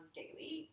daily